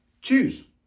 Choose